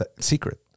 secret